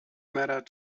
mattered